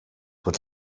would